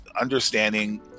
understanding